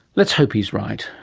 let's hope he's right.